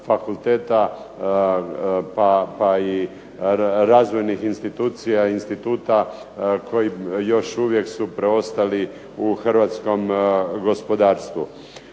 fakulteta pa i razvojnih institucija, instituta koji još uvijek su preostali u hrvatskom gospodarstvu.